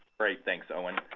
great. thanks, owen.